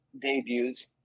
debuts